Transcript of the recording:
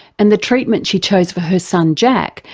and the treatment she chose for her son jack,